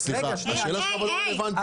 השאלה הזאת לא רלוונטית.